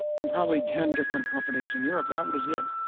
and probably ten different companies in europe. that was it.